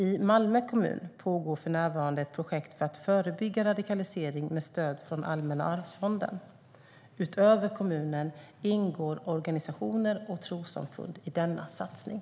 I Malmö kommun pågår för närvarande ett projekt för att förebygga radikalisering, med stöd från Allmänna arvsfonden. Utöver kommunen ingår organisationer och trossamfund i denna satsning.